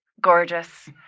gorgeous